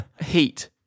Heat